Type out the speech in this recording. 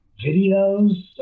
videos